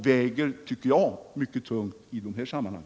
Jag tycker de väger tungt i dessa sammanhang.